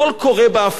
היושב-ראש עדי.